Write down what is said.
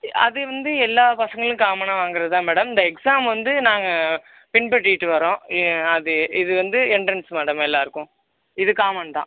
அது வந்து எல்லா பசங்களும் காமனாக வாங்கறது தான் மேடம் இந்த எக்ஸாம் வந்து நாங்கள் பின்பற்றிகிட்டு வரோம் அது இது வந்து என்ட்ரன்ஸ் மேடம் எல்லாருக்கும் இது காமன் தான்